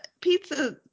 pizza